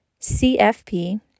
CFP